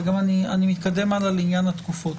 ואני גם מתקדם הלאה לעניין התקופות.